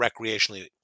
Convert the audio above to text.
recreationally